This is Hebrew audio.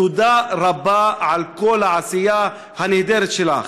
תודה רבה על כל העשייה הנהדרת השלך.